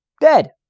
Dead